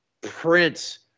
prince